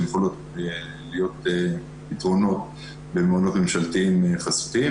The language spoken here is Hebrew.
זה יכול להיות במעונות ממשלתיים-חסותיים,